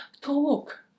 talk